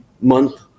month